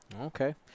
Okay